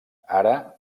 ara